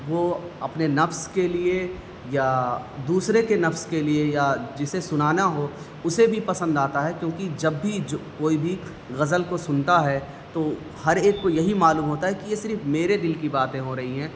وہ اپنے نفس کے لیے یا دوسرے کے نفس کے لیے یا جسے سنانا ہو اسے بھی پسند آتا ہے کیونکہ جب بھی جو کوئی بھی غزل کو سنتا ہے تو ہر ایک کو یہی معلوم ہوتا ہے کہ یہ صرف میرے دل کی باتیں ہو رہی ہیں